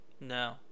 No